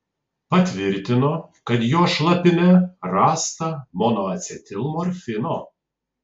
patvirtino kad jo šlapime rasta monoacetilmorfino